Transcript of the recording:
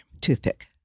toothpick